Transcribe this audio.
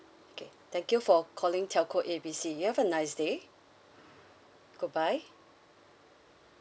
okay thank you for calling telco A B C you have a nice day good bye